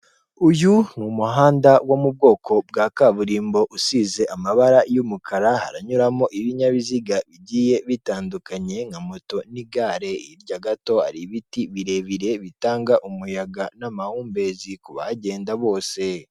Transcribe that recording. Uyu ni muhanda wo mu bwoko bwa kaburimbo usize amabara y'umukara, haranyuramo ibinyabiziga bigiye bitandukanye nka moto n'igare. Hirya gato hari ibiti birebire bitanga umuyaga n'amahumbezi ku bahagenda bose.